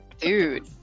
Dude